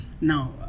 Now